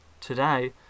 today